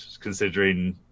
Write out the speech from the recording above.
considering